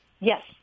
Yes